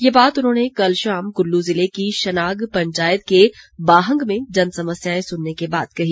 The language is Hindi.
ये बात उन्होंने कल शाम कुल्लू जिले की शनाग पंचायत के बाहंग में जनसमस्याएं सुनने के बाद कही